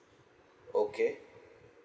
okay